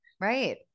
Right